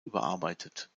überarbeitet